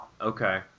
Okay